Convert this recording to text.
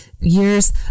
years